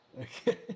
Okay